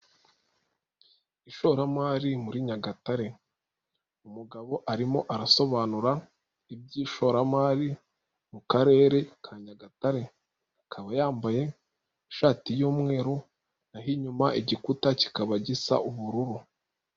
Ishoramari muri Nyagatare, umugabo arimo arasobanura iby'ishoramari mu Akarere ka Nyagatare, akaba yambaye ishati y'umweru, n'aho inyuma igikuta kikaba gisa ubururu.